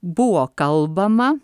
buvo kalbama